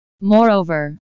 Moreover